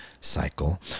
cycle